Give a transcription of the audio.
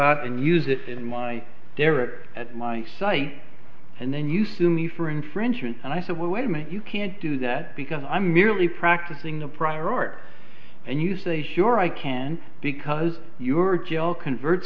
out and use it in my derrick at my site and then you sue me for infringement and i said well wait a minute you can't do that because i'm merely practicing the prior art and you say sure i can because you're jail converts